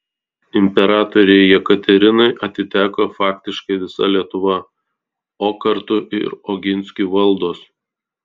imperatorei jekaterinai atiteko faktiškai visa lietuva o kartu ir oginskių valdos